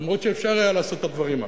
אף-על-פי שאפשר היה לעשות את הדברים האלה.